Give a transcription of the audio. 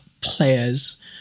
players